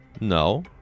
No